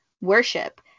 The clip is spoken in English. worship